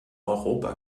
europa